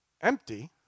empty